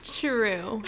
true